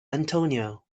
antonio